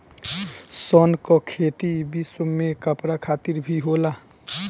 सन कअ खेती विश्वभर में कपड़ा खातिर भी होला